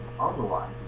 otherwise